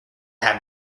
have